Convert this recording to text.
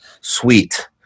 Sweet